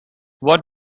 what